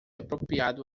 apropriado